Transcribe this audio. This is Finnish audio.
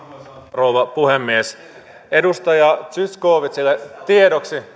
arvoisa rouva puhemies edustaja zyskowiczille tiedoksi